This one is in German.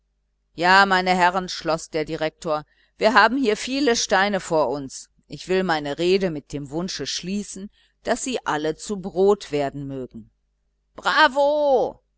ja meine herren schloß der direktor wir haben hier viele steine vor uns ich will meine rede mit dem wunsche schließen daß sie alle zu brot werden mögen bravo